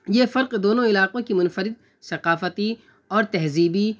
یہ فرق دونوں علاقوں کی منفرد ثقافتی اور تہذیبی